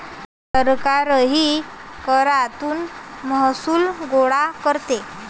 सरकारही करातून महसूल गोळा करते